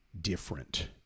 different